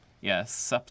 yes